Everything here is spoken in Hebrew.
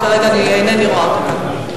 וכרגע אני אינני רואה אותו כאן.